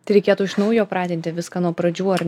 tai reikėtų iš naujo pratinti viską nuo pradžių ar